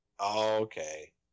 okay